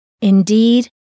Indeed